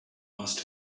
must